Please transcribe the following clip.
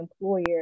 employer